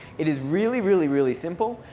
it is really, really, really simple.